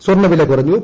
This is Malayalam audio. സ്വർണ്ണവില കുറഞ്ഞു